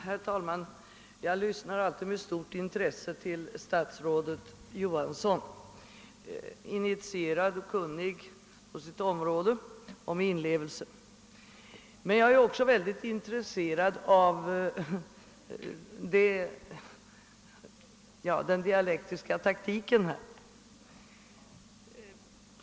Herr talman! Jag lyssnar alltid med stort intresse på statsrådet Johansson — initierad, kunnig på sitt område och med inlevelseförmåga. Men jag är också mycket intresserad av hans dialektiska taktik.